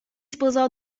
sposò